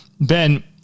ben